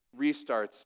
restarts